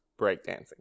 Breakdancing